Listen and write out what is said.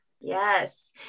Yes